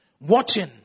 Watching